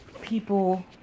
people